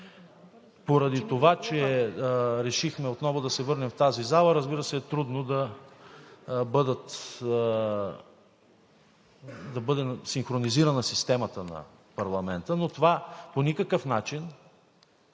Поради това, че решихме отново да се върнем в тази зала, разбира се, трудно е да бъде синхронизирана системата на парламента, но това по никакъв начин